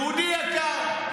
יהודי יקר,